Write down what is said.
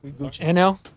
NL